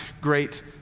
great